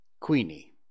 Queenie